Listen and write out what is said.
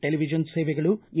ಚೆಲಿವಿಜನ್ ಸೇವೆಗಳು ಎ